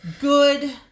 Good